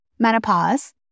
Menopause